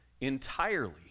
entirely